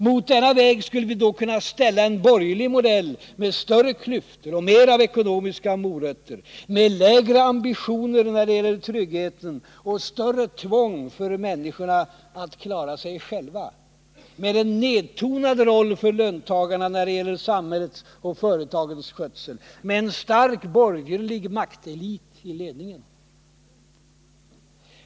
Mot denna väg skulle vi då kunna ställa en borgerlig modell med större klyftor och mer av ekonomiska morötter, med lägre ambitioner när det gäller tryggheten och större tvång för människorna att klara sig själva, med en nedtonad roll för löntagarna när det gäller samhällets och företagens skötsel, med en stark borgerlig maktelit i ledningen.